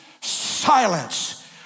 silence